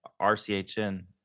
RCHN